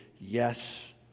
yes